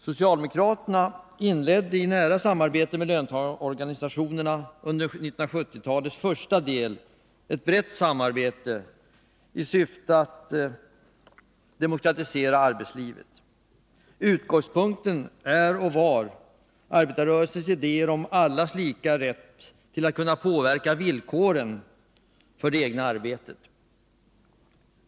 Socialdemokraterna inledde i nära samarbete med löntagarorganisationerna under 1970-talets första del ett brett arbete i syfte att demokratisera arbetslivet. Utgångspunkten är och var arbetarrörelsens idéer om allas lika rätt att kunna påverka villkoren för det egna arbetet.